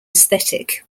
aesthetic